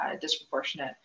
disproportionate